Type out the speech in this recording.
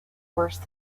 worse